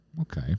Okay